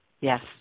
Yes